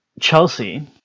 Chelsea